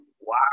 Wow